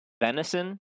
Venison